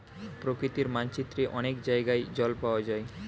প্রকৃতির মানচিত্রে অনেক জায়গায় জল পাওয়া যায়